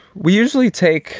we usually take